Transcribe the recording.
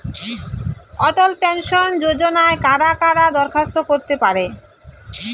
অটল pension যোজনায় কারা কারা দরখাস্ত করতে পারে?